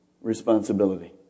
responsibility